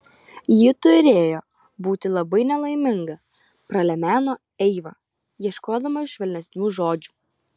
ji turėjo būti labai nelaiminga pralemeno eiva ieškodama švelnesnių žodžių